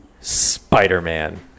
Spider-Man